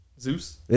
Zeus